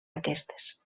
aquestes